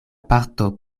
parto